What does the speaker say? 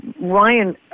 Ryan